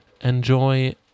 enjoy